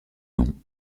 non